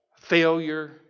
failure